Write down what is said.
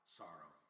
sorrow